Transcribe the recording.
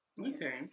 Okay